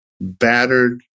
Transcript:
battered